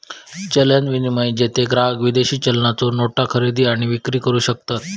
चलन विनिमय, जेथे ग्राहक विदेशी चलनाच्यो नोटा खरेदी आणि विक्री करू शकतत